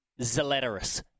Zalatoris